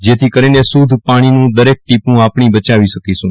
જેથી કરીને શુદ્ધ પાછીનું દરેક ટીપું આપછી બચાવી શકીશું